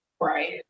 Right